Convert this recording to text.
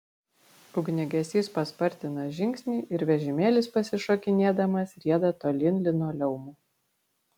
ugniagesys paspartina žingsnį ir vežimėlis pasišokinėdamas rieda tolyn linoleumu